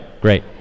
great